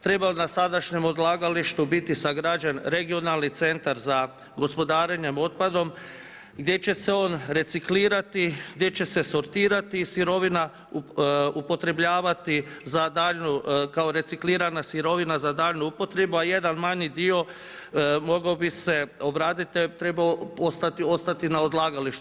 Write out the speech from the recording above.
Treba na sadašnjem odlagalištu biti sagrađen regionalni centar gospodarenjem otpadom, gdje će se on reciklirati, gdje će se sortirati sirovina, upotrebljavati, za dalju, kao reciklirana sirovina za daljnju upotrebu, a jedan manji dio mogao bi se obraditi, trebao ostati na odlagalištu.